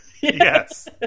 Yes